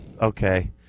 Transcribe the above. Okay